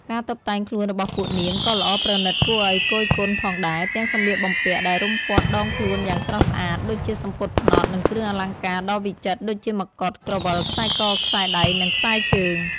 ការតុបតែងខ្លួនរបស់ពួកនាង ក៏ល្អប្រណីតគួរឲ្យគយគន់ផងដែរ ទាំងសម្លៀកបំពាក់ដែលរុំព័ទ្ធដងខ្លួនយ៉ាងស្រស់ស្អាត ដូចជាសំពត់ផ្នត់ និងគ្រឿងអលង្ការដ៏វិចិត្រ ដូចជាមកុដ ក្រវិល ខ្សែក ខ្សែដៃ និងខ្សែជើង។